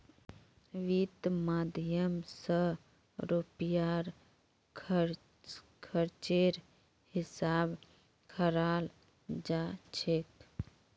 वित्त माध्यम स रुपयार खर्चेर हिसाब रखाल जा छेक